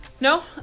No